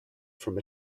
from